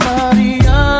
Maria